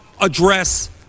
address